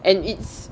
and it's